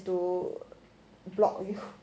to block you